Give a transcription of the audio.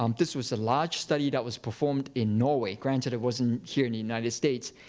um this was a large study that was performed in norway. granted, it wasn't here in the united states.